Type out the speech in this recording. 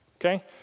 Okay